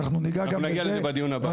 אנחנו נגיע לזה בדיון הבא.